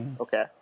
okay